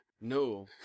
No